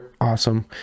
awesome